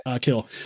kill